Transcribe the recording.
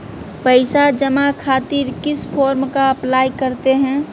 पैसा जमा खातिर किस फॉर्म का अप्लाई करते हैं?